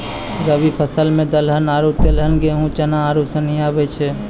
रवि फसल मे दलहन आरु तेलहन गेहूँ, चना आरू सनी आबै छै